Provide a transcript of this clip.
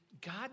God